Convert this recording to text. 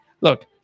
look